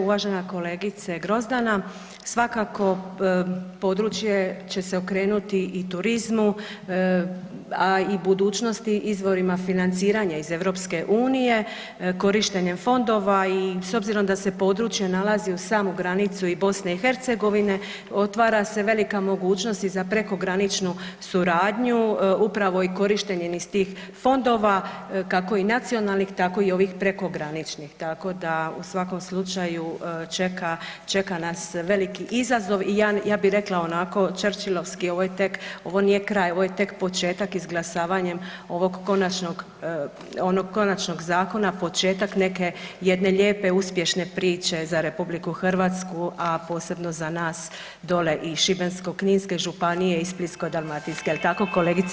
Uvažena kolegice Grozdana, svakako područje će se okrenuti i turizmu, a i budućnosti, izvorima financiranja iz EU korištenjem fondova i s obzirom da se područje nalazi uz samu granicu i BiH otvara se velika mogućnost i za prekograničnu suradnju upravo i korištenjem iz tih fondova kako i nacionalnih tako i ovih prekograničnih, tako da u svakom slučaju čeka, čeka nas veliki izazov i ja bi rekla onako čerčilovski ovo je tek, ovo nije kraj ovo je tek početak izglasavanjem ovog konačnog, onog konačnog zakona početak neke jedne lijepe uspješne priče za RH, a posebno za nas dole iz Šibensko-kninske županije i Splitsko-dalmatinske, jel tako kolegice Branka?